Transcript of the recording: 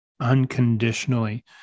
unconditionally